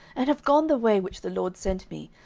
and have gone the way which the lord sent me,